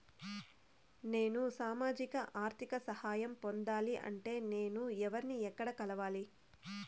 నేను సామాజిక ఆర్థిక సహాయం పొందాలి అంటే నేను ఎవర్ని ఎక్కడ కలవాలి?